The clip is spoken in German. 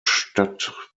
stadt